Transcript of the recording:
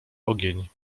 ogień